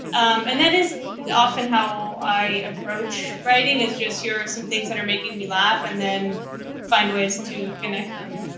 um and that is often how i approach writing, is just hearing some things that are making me laugh and then find ways to connect them